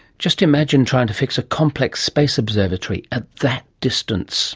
just imagine trying to fix a complex space observatory at that distance